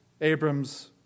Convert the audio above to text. Abram's